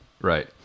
right